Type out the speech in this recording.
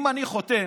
אם אני חותם,